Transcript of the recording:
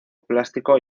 plástico